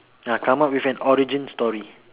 ah come up with an origin story